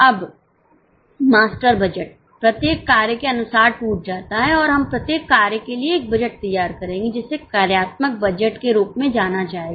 अब master budget प्रत्येक कार्य के अनुसार टूट जाता है और हम प्रत्येक कार्य के लिए एक बजट तैयार करेंगे जिसे कार्यात्मक बजट के रूप में जाना जाएगा